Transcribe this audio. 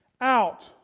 out